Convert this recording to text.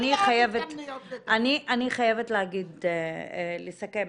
אני חייבת לסכם.